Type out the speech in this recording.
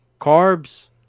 carbs